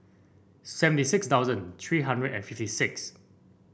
seventy six thousand three hundred and fifty six